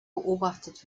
beobachtet